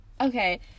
Okay